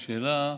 השאלה,